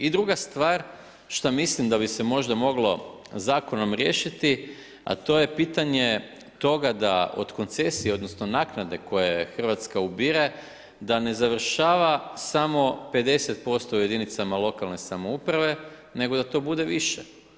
I druga stvar šta mislim da bi se možda moglo zakonom riješiti, a to je pitanje toga da od koncesije, odnosno naknade koju Hrvatska ubire da ne završava samo 50% u jedinicama lokalne samouprave nego da to bude više.